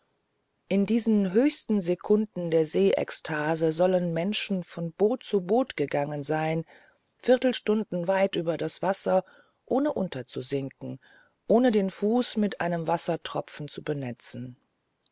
in diesen höchsten sekunden der see ekstase sollen menschen von boot zu boot gegangen sein viertelstunden weit über das wasser ohne unterzusinken ohne den fuß mit einem wassertropfen zu benetzen